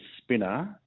spinner